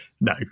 No